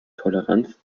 toleranz